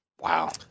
Wow